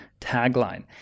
tagline